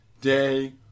day